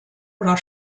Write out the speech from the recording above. oder